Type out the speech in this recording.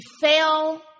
fail